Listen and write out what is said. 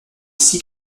six